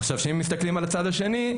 עכשיו שאם מסתכלים על הצד השני,